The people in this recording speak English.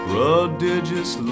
Prodigious